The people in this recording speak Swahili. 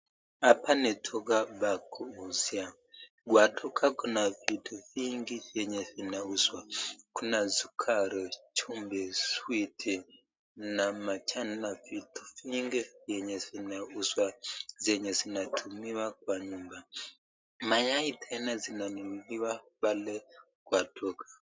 Hapa ni duka ya kuuzia watu wa duka wakona vitu vyenye zinauswa Kuna sugari, chumvi, switi na machani na vitu vingi vyenye zinauswa zenye zinatumiwa kwa nyumba mayai tena zinauswa pale Kwa duka.